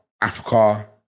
Africa